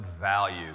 value